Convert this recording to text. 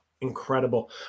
Incredible